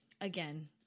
again